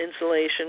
insulation